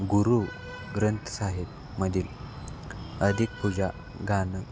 गुरु ग्रंथ साहेबमधील अधीक पूजा गाणं